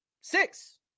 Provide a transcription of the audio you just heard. Six